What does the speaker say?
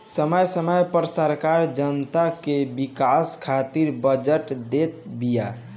समय समय पअ सरकार जनता के विकास खातिर बजट देत बिया